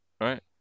right